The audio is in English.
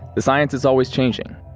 the science is always changing.